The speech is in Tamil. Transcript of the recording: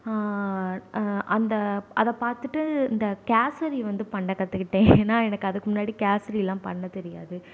அந்த அதை பார்த்துட்டு இந்த கேசரி வந்து பண்ண கற்றுக்கிட்டேன் ஏன்னா எனக்கு அதுக்கு முன்னாடி கேசரிலாம் பண்ண தெரியாது